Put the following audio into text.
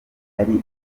ari